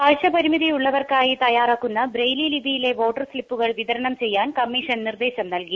കാഴ്ച പരിമിതിയുള്ളവർക്കായി തയ്യാറാക്കുന്ന ബ്രെയ്ൻ ലിപിയിലെ വോട്ടർ സ്തിപ്പുകൾ വിതരണം ചെയ്യാൻ കമ്മീഷൻ നിർദ്ദേശം നൽകി